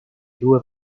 due